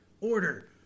Order